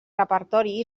repertori